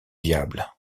diable